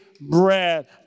bread